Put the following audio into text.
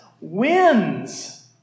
wins